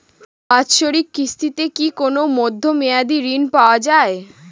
বাৎসরিক কিস্তিতে কি কোন মধ্যমেয়াদি ঋণ পাওয়া যায়?